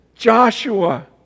joshua